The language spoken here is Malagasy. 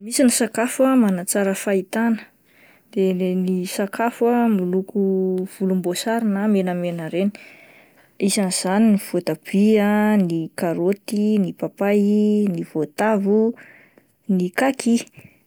Misy ny sakafo manatsara ny fahitana de ireny sakafo miloko volom-boasary na menamena ireny isan'izany ny voatabia ah ,ny karoty, ny papay, ny voatavo, ny kaky.